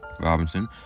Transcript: Robinson